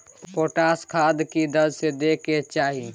Potash खाद की दर से दै के चाही?